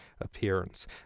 appearance